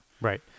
Right